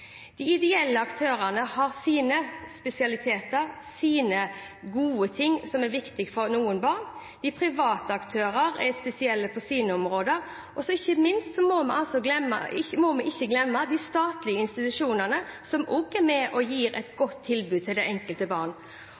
De ideelle aktørene har sine spesialiteter og sine gode ting som er viktige for noen barn, og de private aktørene har sine spesielle områder. Vi må heller ikke glemme de statlige institusjonene, som også er med på å gi et godt tilbud til det enkelte barn.